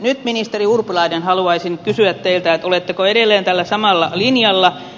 nyt ministeri urpilainen haluaisin kysyä teiltä oletteko edelleen tällä samalla linjalla